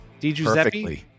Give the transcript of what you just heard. DiGiuseppe